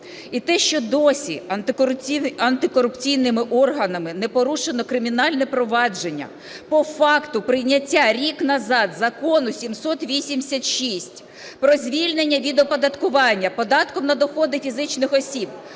І те, що досі антикорупційними органами не порушено кримінальне провадження по факту прийняття рік назад Закону 786 про звільнення від оподаткування податком на доходи фізичних осіб